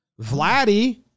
Vladdy